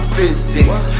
Physics